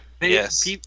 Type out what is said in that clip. Yes